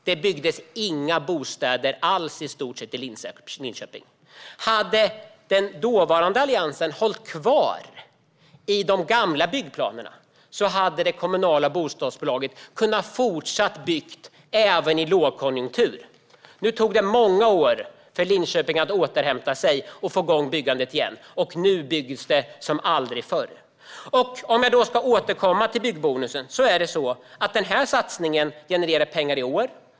Det byggdes i stort sett inga bostäder alls i Linköping. Om den dåvarande Alliansen hade behållit de gamla byggplanerna hade det kommunala bostadsbolaget kunnat fortsätta bygga även i lågkonjunktur. Det tog många år för Linköping att återhämta sig och få igång byggandet igen. Och nu byggs det som aldrig förr. Om jag ska återkomma till byggbonusen är det på det sättet att satsningen genererar pengar i år.